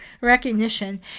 recognition